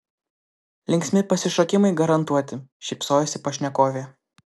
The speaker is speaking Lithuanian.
linksmi pasišokimai garantuoti šypsojosi pašnekovė